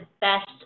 best